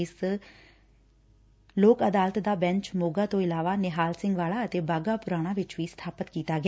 ਇਸ ਰਾਸਟਰੀ ਲੋਕ ਦਾਲਤ ਦਾ ਬੈਂਚ ਮੋਗਾ ਤੋਂ ਇਲਾਵਾਂ ਨਿਹਾਲ ਸਿੰਘ ਵਾਲਾ ਅਤੇ ਬਾਘਾਪੁਰਾਣਾ ਵਿੱਚ ਵੀ ਸਬਾਪਿਤ ਕੀਤਾ ਗਿਆ